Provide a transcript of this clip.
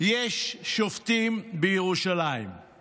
"יש שופטים בירושלים";